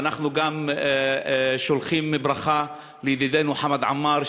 ואנחנו גם שולחים ברכה לידידנו חמד עמאר,